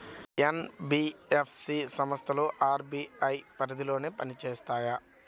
NBFC సంస్థలు RBI పరిధిలోనే పని చేస్తాయా?